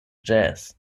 jazz